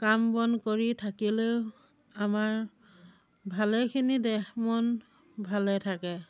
কাম বন কৰি থাকিলেও আমাৰ ভালেখিনি দেহ মন ভালে থাকে